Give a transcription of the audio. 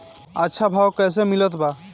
अच्छा भाव कैसे मिलत बा?